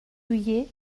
douillet